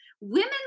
Women